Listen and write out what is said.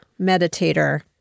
meditator